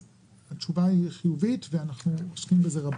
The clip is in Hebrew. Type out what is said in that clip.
התשובה היא חיובית, אנחנו עוסקים בזה רבות.